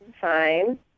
Fine